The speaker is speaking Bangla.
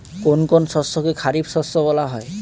কোন কোন শস্যকে খারিফ শস্য বলা হয়?